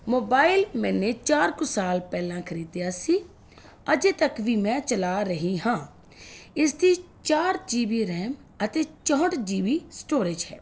mobile ਮੈਨੇ ਚਾਰ ਕੁ ਸਾਲ ਪਹਿਲਾਂ ਖਰੀਦੀਆ ਸੀ ਅਜੇ ਤੱਕ ਵੀ ਮੈਂ ਚਲਾ ਰਹੀ ਹਾਂ ਇਸ ਦੀ ਚਾਰ ਜੀ ਬੀ ਰੈਮ ਅਤੇ ਚੌਹਟ ਜੀ ਬੀ ਸਟੋਰੇਜ ਹੈ